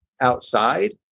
outside